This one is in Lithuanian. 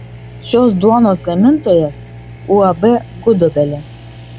šios duonos gamintojas uab gudobelė